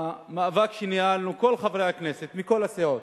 במאבק שניהלנו, כל חברי הכנסת מכל הסיעות,